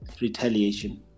retaliation